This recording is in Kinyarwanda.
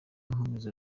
nkomeza